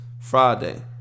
Friday